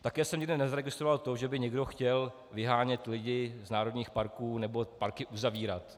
Také jsem nikde nezaregistroval, že by někdo chtěl vyhánět lidi z národních parků nebo parky uzavírat.